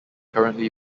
currently